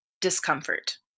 discomfort